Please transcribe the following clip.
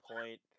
point